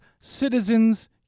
Citizens